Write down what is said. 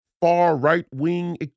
far-right-wing